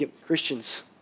Christians